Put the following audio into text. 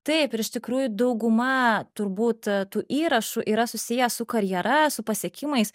taip iš tikrųjų dauguma turbūt a tų įrašų yra susiję su karjera su pasiekimais